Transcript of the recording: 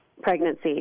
pregnancy